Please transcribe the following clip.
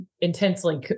intensely